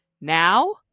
Now